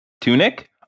Tunic